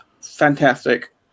fantastic